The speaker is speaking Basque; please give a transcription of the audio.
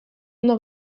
ondo